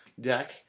deck